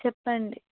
చెప్పండి